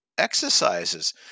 Exercises